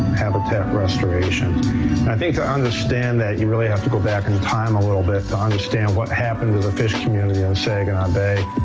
habitat restoration. i think to understand that you really have to go back in time a little bit to understand what happened to the fish community on saginaw bay.